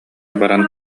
баран